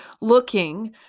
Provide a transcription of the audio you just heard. looking